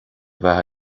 bheith